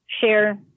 share